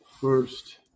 first